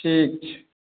ठीक छै